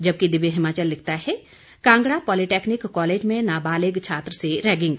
जबकि दिव्य हिमाचल लिखता है कांगड़ा पॉलीटैक्नीक कॉलेज में नाबालिग छात्र से रैगिंग